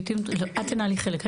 את תנהלי חלק,